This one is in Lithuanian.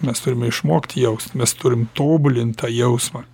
mes turime išmokt jaust mes turim tobulint tą jausmą